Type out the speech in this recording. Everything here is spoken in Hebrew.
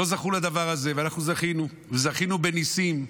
לא זכו לדבר הזה, ואנחנו זכינו, וזכינו בניסים,